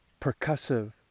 percussive